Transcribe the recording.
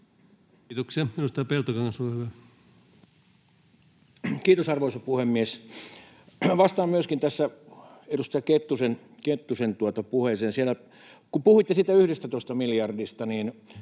Time: 17:10 Content: Kiitos, arvoisa puhemies! Vastaan myöskin edustaja Kettusen puheeseen. Kun puhuitte siitä 11 miljardista, niin